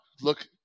look